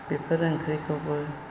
बेफोर ओंख्रिखौबो